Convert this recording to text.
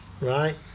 Right